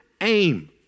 aim